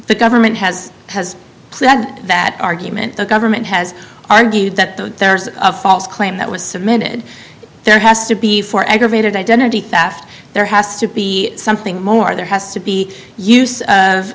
the government has has said that argument the government has argued that the there's a false claim that was submitted there has to be for aggravated identity theft there has to be something more there has to be